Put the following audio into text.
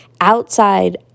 outside